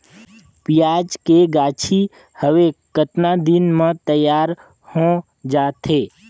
पियाज के गाछी हवे कतना दिन म तैयार हों जा थे?